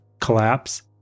collapse